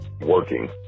working